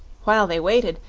while they waited,